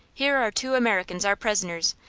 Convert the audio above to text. here are two americans our prisoners,